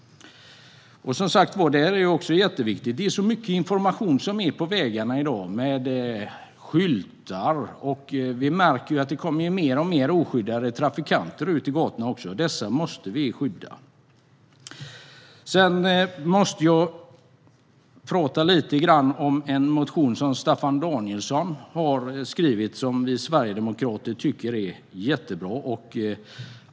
Det finns så mycket information på vägarna i dag, med skyltar och så vidare, och vi märker att det kommer fler och fler oskyddade trafikanter ut i gatorna också. Dessa måste vi skydda. Jag måste också säga några ord om en motion som Staffan Danielsson har skrivit och som vi sverigedemokrater tycker är jättebra.